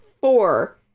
four